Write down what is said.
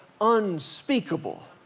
unspeakable